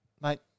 mate